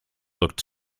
looked